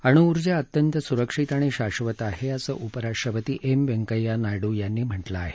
अण्ऊर्जा अत्यंत स्रक्षित आणि शाश्वत आहे असं उपराष्ट्रपती एम वैंकय्या नायडू यांनी म्हटलं आहे